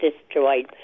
destroyed